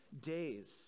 days